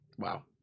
Wow